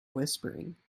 whispering